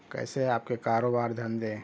کیسے ہیں آپ کے کاروبار دھندے